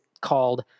called